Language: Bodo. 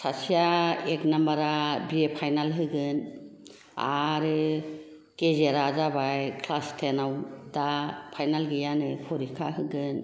सासेआ एक नाम्बारा बि ए फाइनाल होगोन आरो गेजेरा जाबाय क्लास थेनाव दा फाइनाल गैयानो फरिखा होगोन